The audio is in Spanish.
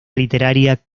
literaria